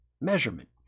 measurement